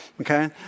okay